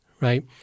right